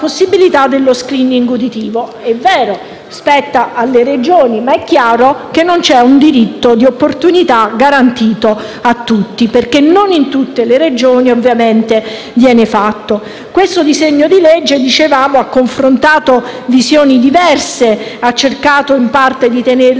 lo *screening* uditivo. È vero, ciò spetta alle Regioni, ma è chiaro che non c'è un diritto di opportunità garantito a tutti, perché non in tutte le Regioni viene fatto. Il disegno di legge in esame ha confrontato visioni diverse, cercando in parte di tenerle